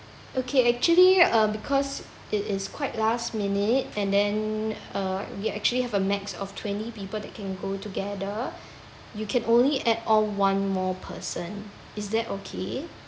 okay actually uh because it is quite last minute and then uh we actually have a max of twenty people that can go together you can only add on one more person is that okay